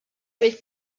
avec